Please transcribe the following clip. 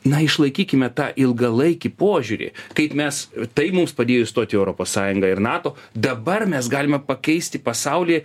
na išlaikykime tą ilgalaikį požiūrį kaip mes tai mums padėjo įstot į europos sąjungą ir nato dabar mes galime pakeisti pasaulį